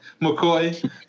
McCoy